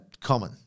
common